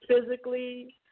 physically